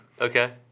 Okay